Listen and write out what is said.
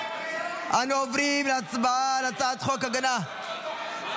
אנו עוברים להצבעה על הצעת חוק הגנה על